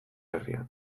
herrian